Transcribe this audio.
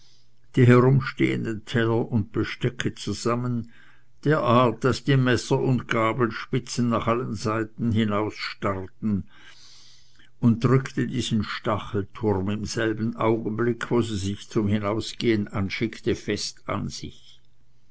die herumstehenden teller und bestecke zusammen derart daß die messer und gabelspitzen nach allen seiten hin herausstarrten und drückte diesen stachelturm im selben augenblicke wo sie sich zum hinausgehen anschickte fest an sich